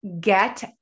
get